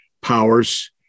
powers